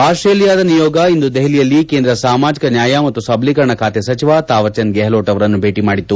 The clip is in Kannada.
ಆಸ್ವೇಲಿಯಾದ ನಿಯೋಗ ಇಂದು ದೆಹಲಿಯಲ್ಲಿ ಕೇಂದ್ರ ಸಾಮಾಜಿಕ ನ್ಯಾಯ ಮತ್ತು ಸಬಲೀಕರಣ ಖಾತೆ ಸಚಿವ ಥಾವರ್ ಚಂದ್ ಗೆಹ್ಲೋಟ್ ಅವರನ್ನು ಭೇಟಿ ಮಾಡಿತ್ತು